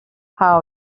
house